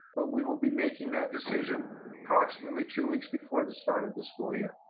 but we will be making that decision approximately two weeks before the start of the school year.